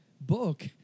book